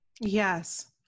Yes